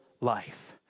life